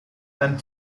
and